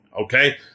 Okay